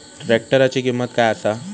ट्रॅक्टराची किंमत काय आसा?